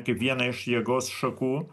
kaip vieną iš jėgos šakų